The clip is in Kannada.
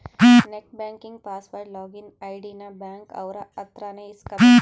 net banking password login ID ನ ಬ್ಯಾಂಕ್ ಅವ್ರ ಅತ್ರ ನೇ ಇಸ್ಕಬೇಕು